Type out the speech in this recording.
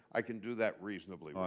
i can do that reasonably well.